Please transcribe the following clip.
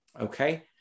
Okay